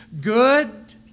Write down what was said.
good